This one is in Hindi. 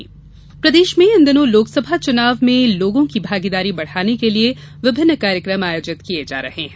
मतदाता जागरुकता प्रदेश में इन दिनों लोकसभा चुनाव में लोगों की भागीदारी बढ़ाने के लिए विभिन्न कार्यक्रम आयोजित किये जा रहे हैं